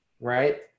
right